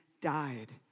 died